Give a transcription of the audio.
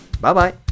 Bye-bye